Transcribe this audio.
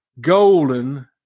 golden